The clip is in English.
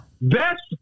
Best